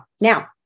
Now